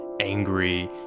angry